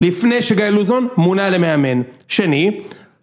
לפני שגיא לוזון, מונה למאמן שני.